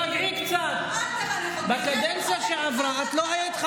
היא יודעת שמותר, אבל אוקיי,